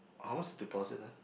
how much the deposit ah